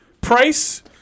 Price